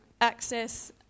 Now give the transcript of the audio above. access